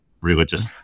religious